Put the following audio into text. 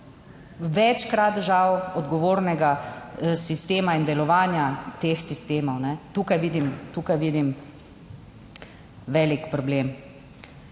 večkrat, žal, odgovornega sistema in delovanja teh sistemov. Tukaj vidim, tukaj vidim